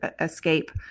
escape